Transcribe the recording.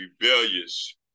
rebellious